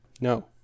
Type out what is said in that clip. No